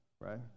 right